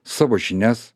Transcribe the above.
savo žinias